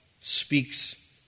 speaks